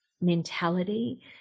mentality